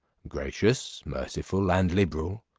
gracious, merciful, and liberal,